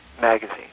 magazine